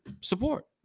support